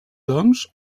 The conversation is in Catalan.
doncs